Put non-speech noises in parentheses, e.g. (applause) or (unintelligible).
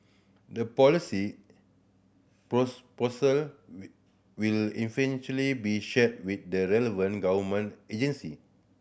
their policy (unintelligible) will eventually be shared with the relevant government agency